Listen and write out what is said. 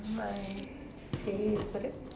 my favourite